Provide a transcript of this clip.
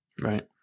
Right